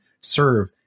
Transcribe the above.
serve